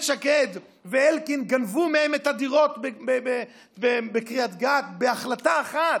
שקד ואלקין גנבו מהן את הדירות בקריית גת בהחלטה אחת.